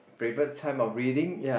favourite time of reading ya